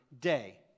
day